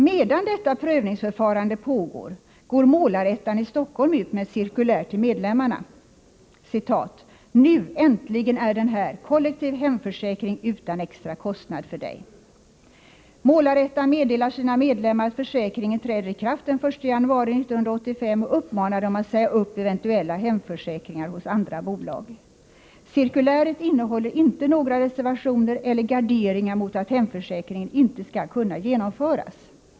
Medan detta prövningsförfarande pågår går Målar-Ettan i Stockholm ut med ett cirkulär till medlemmarna: ”Nu, äntligen är den här! Kollektiv hemförsäkring utan extra kostnad för Dig.” Målar-Ettan meddelar sina medlemmar att försäkringen träder i kraft den 1 januari 1985 och uppmanar dem att säga upp eventuella hemförsäkringar hos andra bolag. Cirkuläret innehåller inte några reservationer eller garderingar mot att hemförsäkringen inte skall kunna genomföras.